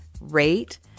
rate